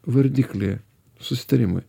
vardiklį susitarimui